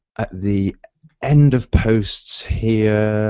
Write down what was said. at the end of posts here,